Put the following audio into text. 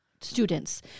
students